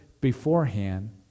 beforehand